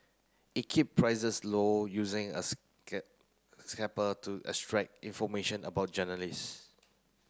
it keep prices low using a scraper to extract information about journalist